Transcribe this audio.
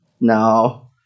No